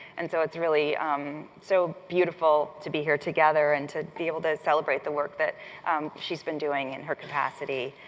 and so, it's really um so beautiful to be here together, and to be able to celebrate the work that she's been doing in her capacity.